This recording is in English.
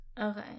Okay